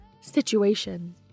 situation